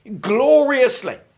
gloriously